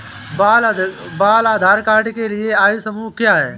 बाल आधार कार्ड के लिए आयु समूह क्या है?